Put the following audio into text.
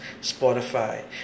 Spotify